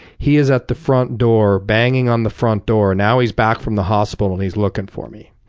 he is at the front door banging on the front door. now he's back from the hospital and he's looking for me.